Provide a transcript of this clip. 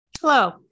Hello